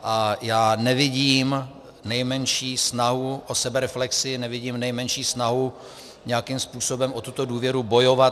A já nevidím nejmenší snahu o sebereflexi, nevidím nejmenší snahu nějakým způsobem o tuto důvěru bojovat.